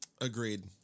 Agreed